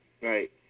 Right